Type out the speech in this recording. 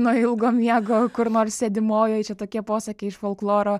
nuo ilgo miego kur nors sėdimojoj čia tokie posakiai iš folkloro